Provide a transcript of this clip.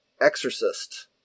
Exorcist